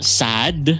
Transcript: sad